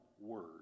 word